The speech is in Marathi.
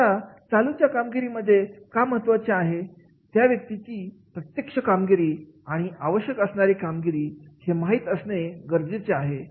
आता चालू च्या कामगिरी मध्ये का महत्वाचे आहे त्या व्यक्तीची प्रत्यक्ष कामगिरी आणि आवश्यक असणारी कामगीरी हे माहीत असणे गरजेचे आहे